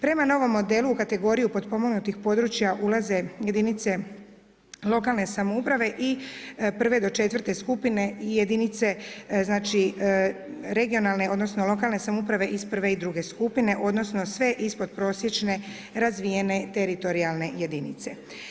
Prema novom modelu u kategoriju potpomognutog područja ulaze jedinica lokalne samouprave prve do četvrte skupine i jedinice regionalne odnosno lokalne samouprave iz prve i druge skupine odnosno sve ispodprosječne razvijene teritorijalne jedinice.